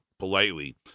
politely